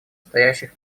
стоящих